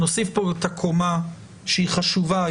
נוסיף כאן את הקומה שהיא חשובה,